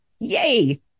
Yay